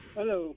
Hello